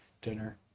dinner